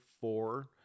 four